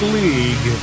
league